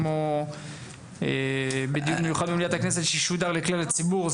כמו בדיון מיוחד במליאת הכנסת שישודר לכלל הציבור.